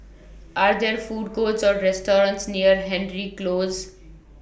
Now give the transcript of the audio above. Are There Food Courts Or restaurants near Hendry Close